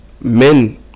men